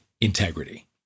integrity